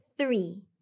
three